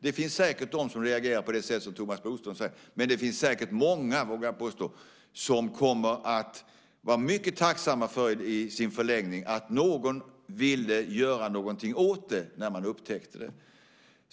Det finns säkert de som reagerar på det sätt som Thomas Bodström säger, men det finns säkert många, vågar jag påstå, som i förlängningen kommer att vara mycket tacksamma för att någon ville göra någonting åt det när man upptäckte det.